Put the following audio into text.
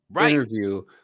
interview